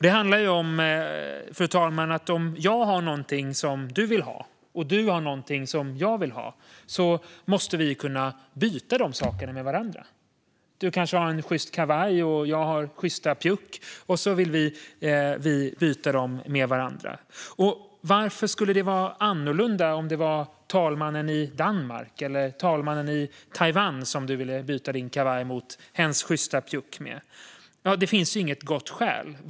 Det handlar om, fru talman, att om jag har någonting som du vill ha och du har någonting som jag vill ha måste vi kunna byta dessa saker med varandra. Du kanske har en sjyst kavaj och jag har sjysta pjuck, och så vill vi byta dem med varandra. Och varför skulle det vara annorlunda om du ville byta din kavaj mot talmannen i Danmark eller Taiwans sjysta pjuck? Det finns inget gott skäl.